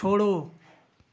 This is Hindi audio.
छोड़ो